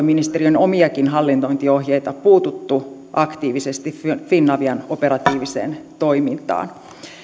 ministeriön omiakin hallinnointiohjeita puututtu aktiivisesti finavian operatiiviseen toimintaan